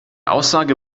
aussage